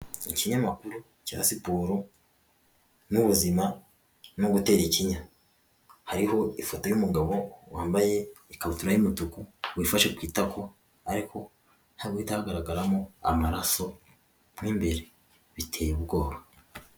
Ikinyamakuru cya siporo n'ubuzima no gutera ikinya, hariho ifoto y'umugabo wambaye ikabutura y'umutuku wiyifashe ku itako, ariko hari guhita hagaragaramo amaraso mo imbere, biteye ubwoba.